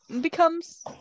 becomes